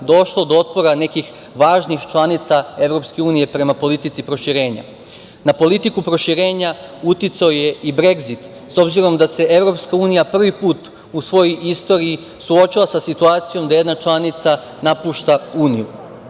došlo do otpora nekih važnih članica EU prema politici proširenja. Na politiku proširenja uticao je i Bregzit, s obzirom da se EU prvi put u svojoj istoriji suočila sa situacijom da jedna članica napušta UnijuDosta